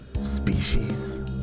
species